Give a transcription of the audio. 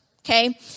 okay